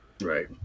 Right